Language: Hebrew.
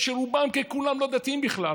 שרובם ככולם לא דתיים בכלל,